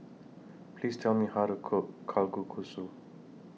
Please Tell Me How to Cook Kalguksu